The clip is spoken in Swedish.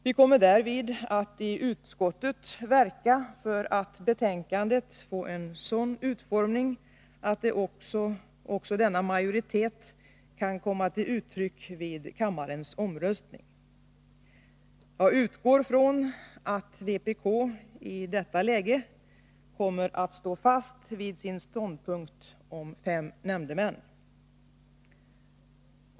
Vi kommer därvid att i utskottet verka för att betänkandet får en sådan utformning att också denna majoritet kan komma till uttryck vid kammarens omröstning. Jag utgår från att vpk i detta läge kommer att stå fast vid sin ståndpunkt om fem nämndemän.